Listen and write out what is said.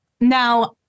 Now